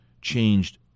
changed